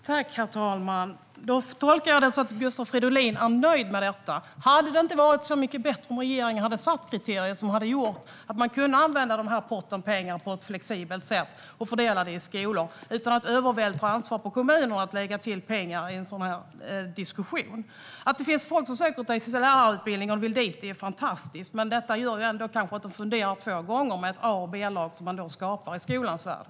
Herr talman! Jag tolkar det som att Gustav Fridolin är nöjd. Hade det inte varit mycket bättre om regeringen hade satt kriterier som innebar att man kunde använda potten med pengar på ett flexibelt sätt och fördela det i skolorna, utan att lägga över ansvaret på kommunerna att lägga till pengar vid en sådan diskussion? Det är fantastiskt att fler söker till lärarutbildningen. Men när det nu skapas ett A och ett B-lag i skolans värld kanske man funderar två gånger innan man gör det.